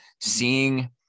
seeing